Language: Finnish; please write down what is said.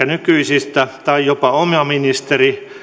nykyisistä tai jopa oma ministeri